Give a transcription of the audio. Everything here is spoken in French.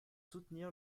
soutenir